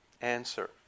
answer